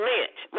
Lynch